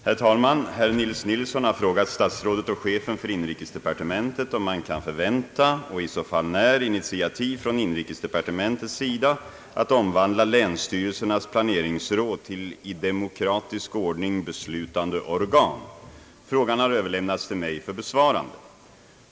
Herr talman! Herr Nils Nilsson har frågat statsrådet och chefen för inrikesdepartementet om man kan förvänta — och i så fall när — initiativ från inrikesdepartementets sida att omvandla länsstyrelsernas planeringsråd till i demokratisk ordning beslutande organ. Frågan har överlämnats till mig för besvarande.